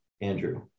Andrew